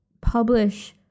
publish